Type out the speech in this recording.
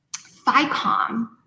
FICOM